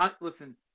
Listen